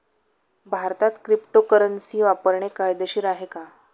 भारतात क्रिप्टोकरन्सी वापरणे कायदेशीर आहे का?